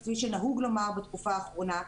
כפי שנהוג לומר בתקופה האחרונה,